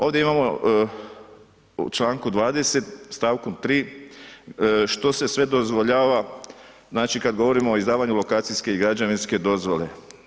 Ovdje imamo u čl. 20. st. 3. što se sve dozvoljava, znači, kad govorimo o izdavanju lokacijske i građevinske dozvole.